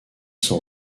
sont